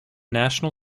national